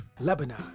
Lebanon